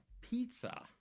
pizza